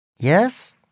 Yes